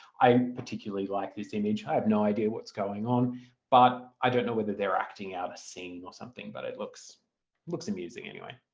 i particularly like this image. i have no idea what's going on but i don't know whether they're acting a scene or something, but it looks looks amusing anyway.